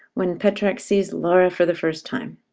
when petrarch sees laura for the first time.